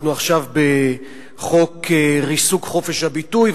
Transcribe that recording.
ואנחנו עכשיו בחוק ריסוק חופש הביטוי,